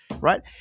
right